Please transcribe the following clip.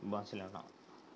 Barcelona